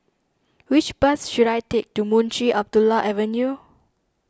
which bus should I take to Munshi Abdullah Avenue